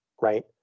right